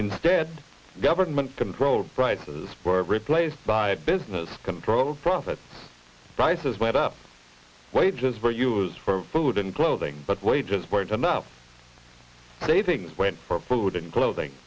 instead government controlled prices were replaced by business controls profits prices went up wages were used for food and clothing but wages weren't enough today things went for food and clothing